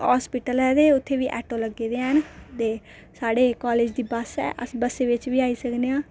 hospital ऐ ते उत्थै बी आटो लग्गे दे हैन ते साढ़े कालेज दी बस ऐ ते अस बस्सें बिच्च बी आई सकने आं